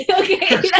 Okay